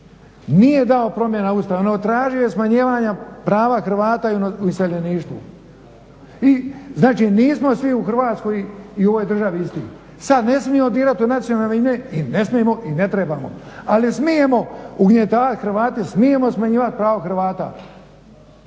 nije dao promjenu Ustava, tražio je smanjivanje prava Hrvata u iseljeništvu i znači nismo svi u Hrvatskoj i u ovoj državi isti. Sad ne smijemo dirati u nacionalne manjine, i ne smijemo i ne trebamo, ali smijemo ugnjetavati Hrvate, smijemo smanjivati pravo Hrvata.